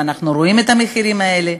ואנחנו רואים את המחירים האלה,